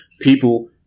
people